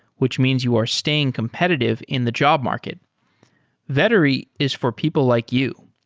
which means you are staying competitive in the job market vettery is for people like you.